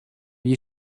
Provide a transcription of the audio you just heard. you